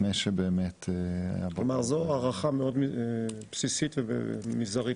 זאת הערכה מאוד בסיסית ומזערית,